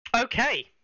Okay